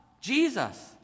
Jesus